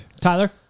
Tyler